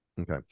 Okay